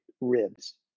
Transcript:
ribs